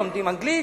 לומדים אנגלית.